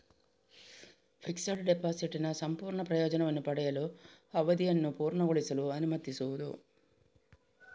fixed ಡೆಪಾಸಿಟಿನ ಸಂಪೂರ್ಣ ಪ್ರಯೋಜನವನ್ನು ಪಡೆಯಲು, ಅವಧಿಯನ್ನು ಪೂರ್ಣಗೊಳಿಸಲು ಅನುಮತಿಸುವುದು